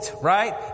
right